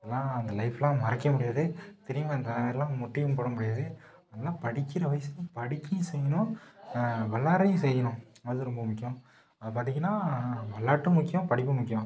அதெலாம் அந்த லைஃப்லாம் மறக்கயே முடியாது திரும்பி அந்த மாதிரிலாம் முட்டியும் போட முடியாது நல்லா படிக்கிற வயசுக்கு படிக்கியும் செய்யணும் விளாட்றயும் செய்யணும் அது ரொம்ப முக்கியம் பார்த்தீங்கன்னா விளாட்டும் முக்கியம் படிப்பும் முக்கியம்